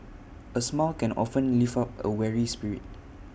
A smile can often lift up A weary spirit